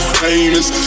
famous